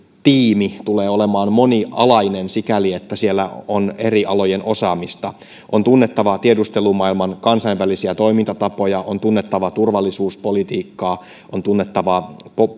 tiimi tulee olemaan monialainen sikäli että siellä on eri alojen osaamista on tunnettava tiedustelumaailman kansainvälisiä toimintatapoja on tunnettava turvallisuuspolitiikkaa on tunnettava